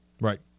Right